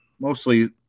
mostly